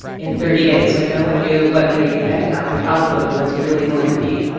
in thirty days, when no one knew what the economic outlook was really going to be